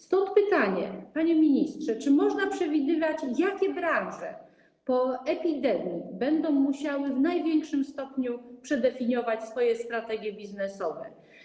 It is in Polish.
Stąd pytanie, panie ministrze: Czy można przewidywać, jakie branże po epidemii będą musiały w największym stopniu przedefiniować swoje strategie biznesowe?